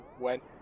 went